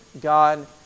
God